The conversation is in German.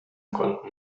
konnten